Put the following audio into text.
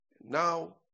Now